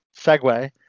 segue